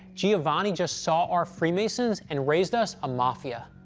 giovanni just saw our freemasons and raised us a mafia.